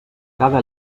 cada